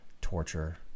torture